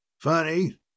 Funny